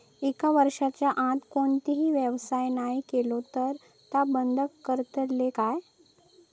एक वर्षाच्या आत कोणतोही व्यवहार नाय केलो तर ता बंद करतले काय?